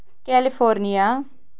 California